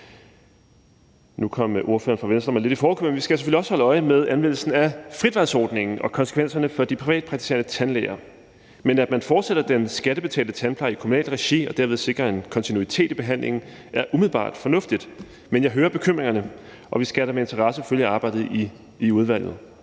Nu kom ordføreren fra Venstre mig lidt i forkøbet, men vi skal selvfølgelig også holde øje med anvendelsen af fritvalgsordningen og konsekvenserne for de privatpraktiserende tandlæger. At man fortsætter den skattebetalte tandpleje i kommunalt regi og derved sikrer en kontinuitet i behandlingen, er umiddelbart fornuftigt, men jeg hører bekymringerne, og vi skal da med interesse følge arbejdet i udvalget.